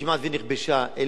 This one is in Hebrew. שכמעט שנכבשה,